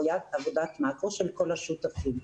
עבודת מקרו של כל השותפים.